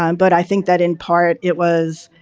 um but, i think that in part it was,